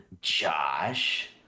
Josh